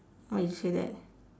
why you say that